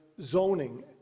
zoning